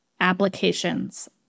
applications